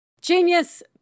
Genius